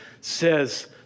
says